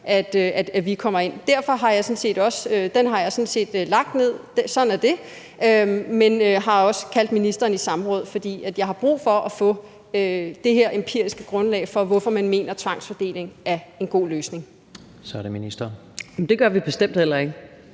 at vi kommer ind. Den har jeg derfor sådan set også lagt ned – sådan er det. Men jeg har også kaldt ministeren i samråd, fordi jeg har brug for at få det her empiriske grundlag for, hvorfor man mener, at tvangsfordeling er en god løsning. Kl. 15:38 Tredje næstformand (Jens Rohde): Så er det